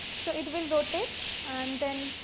so, it will rotate and then,